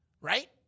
right